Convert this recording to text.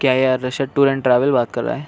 کیا یہ Al-Rushd tour and travel بات کر رہے ہیں